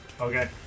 Okay